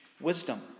wisdom